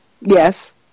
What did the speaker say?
Yes